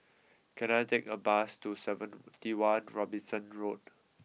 can I take a bus to seventy one Robinson Road